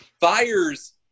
Fires –